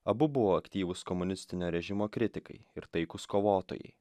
abu buvo aktyvūs komunistinio režimo kritikai ir taikūs kovotojai